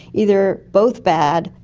either both bad,